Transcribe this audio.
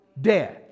death